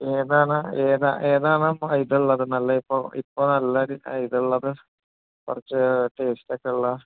ഏതാണ് ഏതാണ് ഇതുള്ളത് നല്ല ഇപ്പം ഇപ്പം നല്ല ഒരു ഇത് ഉള്ളത് കുറച്ചു ടേസ്റ്റൊക്കെ ഉള്ളത്